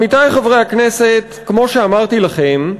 עמיתי חברי הכנסת, כמו שאמרתי לכם,